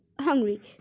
hungry